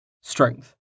Strength